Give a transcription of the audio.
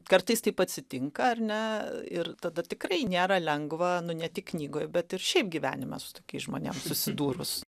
kartais taip atsitinka ar ne ir tada tikrai nėra lengva nu ne tik knygoj bet ir šiaip gyvenime su tokiais žmonėm susidūrus